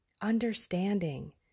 understanding